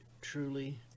truly